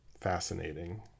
fascinating